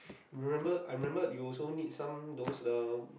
remember I remember you also need some those the